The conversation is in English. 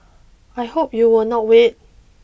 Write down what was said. I hope you will not wait